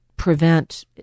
prevent